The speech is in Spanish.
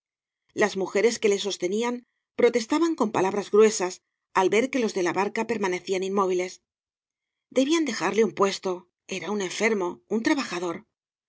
las mujeres que le sostenían protestaban con palabras gruesas al ver que los de la barca permanecían inmóviles debían dejarle un puesto era un enfermo un trabajador